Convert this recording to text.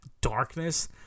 darkness